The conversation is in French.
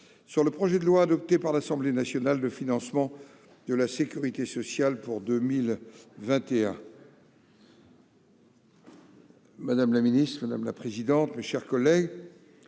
sur le projet de loi, adopté par l'Assemblée nationale, de financement de la sécurité sociale pour 2021